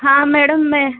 हाँ मैडम मैं